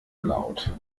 laut